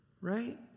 right